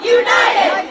united